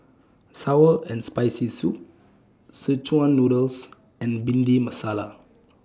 Sour and Spicy Soup Szechuan Noodles and Bhindi Masala